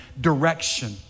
direction